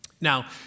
now